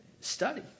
study